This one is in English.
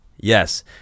Yes